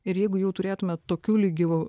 ir jeigu jau turėtume tokiu lygiu